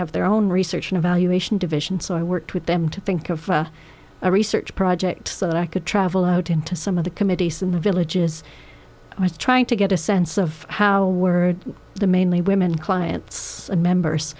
have their own research and evaluation division so i worked with them to think of a research project so that i could travel out into some of the committees in the villages i was trying to get a sense of how were the mainly women clients and members